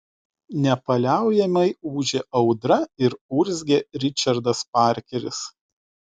nepaliaujamai ūžė audra ir urzgė ričardas parkeris